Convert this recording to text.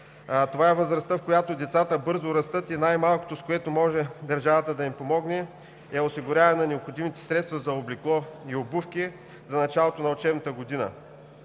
Това е възрастта, в която децата бързо растат и най-малкото, с което може държавата да им помогне, е осигуряване на необходимите средства за облекло и обувки за началото на учебната година.